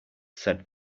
said